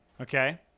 Okay